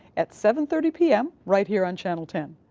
at seven thirty p m. right here on channel ten.